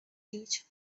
beach